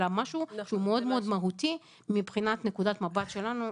אלא משהו שהוא מאוד מאוד מהותי מבחינת נקודת מבט שלנו,